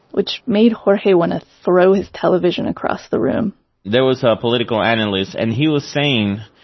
which made jorge want to throw his television across the room there was a political analyst, and he was saying,